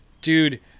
dude